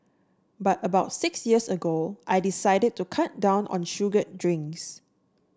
but about six years ago I decided to cut down on sugared drinks